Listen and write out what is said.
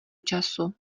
času